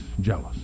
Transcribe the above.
jealous